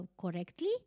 correctly